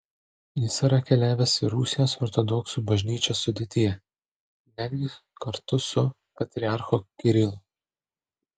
jis yra keliavęs ir rusijos ortodoksų bažnyčios sudėtyje netgi kartu su patriarchu kirilu